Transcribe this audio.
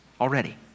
Already